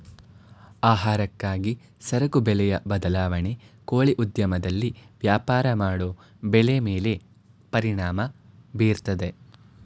ಆಹಾರಕ್ಕಾಗಿ ಸರಕು ಬೆಲೆಯ ಬದಲಾವಣೆ ಕೋಳಿ ಉದ್ಯಮದಲ್ಲಿ ವ್ಯಾಪಾರ ಮಾಡೋ ಬೆಲೆ ಮೇಲೆ ಪರಿಣಾಮ ಬೀರ್ತದೆ